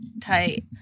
tight